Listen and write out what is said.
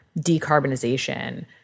decarbonization